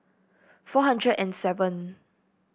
four hundred and seven